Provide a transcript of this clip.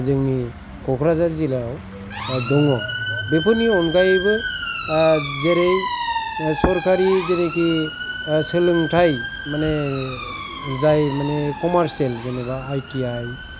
जोंनि क'क्राझार जिल्लायाव दङ बेफोरनि अनगायैबो जेरै सरखारि जेनेखि सोलोंथाय माने जाय माने कमारसियेल जेनबा आइ ति आइ